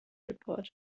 report